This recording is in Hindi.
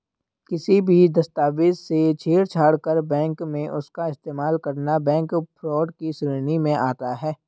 किसी भी दस्तावेज से छेड़छाड़ कर बैंक में उसका इस्तेमाल करना बैंक फ्रॉड की श्रेणी में आता है